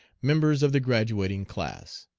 members of the graduating class.